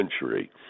century